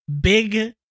big